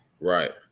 Right